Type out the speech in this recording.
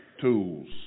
tools